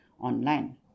online